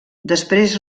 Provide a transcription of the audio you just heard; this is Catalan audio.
després